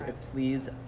Please